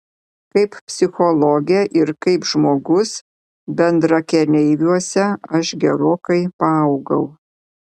kaip psichologė ir kaip žmogus bendrakeleiviuose aš gerokai paaugau